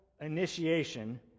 initiation